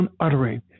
uttering